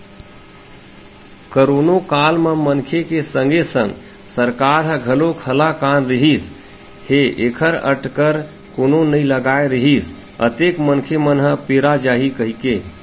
करोनो काल म मनखे के संगे संग सरकार ह घलोक हलाकान रिहिस हे ऐखर अटकर कोनो नइ लगाय रिहिस अतेक मनखे मन ह पेरा जाही कहिके